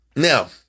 Now